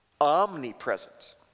omnipresent